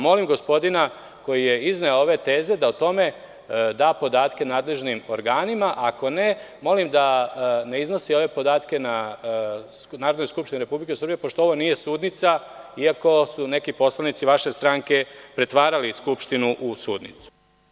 Molim gospodina koji je izneo ove teze da o tome da podatke nadležnim organima, a ako ne, molim da ne iznosi ove podatke na Narodnoj skupštini Republike Srbije, pošto ovo nije sudnica iako su neki poslanici vaše stranke pretvarali Skupštinu u sudnicu.